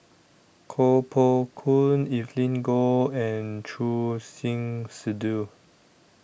Koh Poh Koon Evelyn Goh and Choor Singh Sidhu